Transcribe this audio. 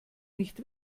nicht